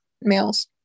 males